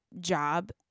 job